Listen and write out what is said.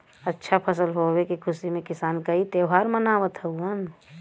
अच्छा फसल होले के खुशी में किसान कई त्यौहार मनावत हउवन